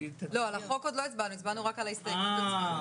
העלויות הן הנושא וחלק מהדברים כבר הצלחנו שם